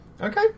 Okay